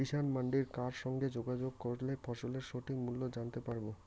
কিষান মান্ডির কার সঙ্গে যোগাযোগ করলে ফসলের সঠিক মূল্য জানতে পারবো?